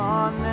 on